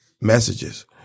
Messages